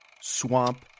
swamp